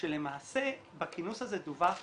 כשלמעשה בכינוס הזה דווח שחבר'ה,